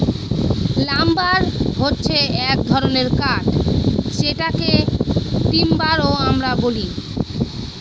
lumber হছে এক ধরনের কাঠ যেটাকে টিম্বার ও আমরা বলি